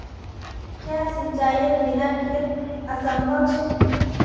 क्याँ सिंचाईर बिना खेत असंभव छै?